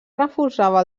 refusava